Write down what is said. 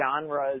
genres